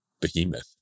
behemoth